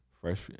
Fresh